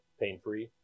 pain-free